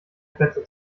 plätze